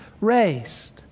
raised